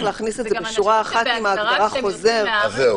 להכניס את זה בשורה אחת עם ההגדרה: חוזר.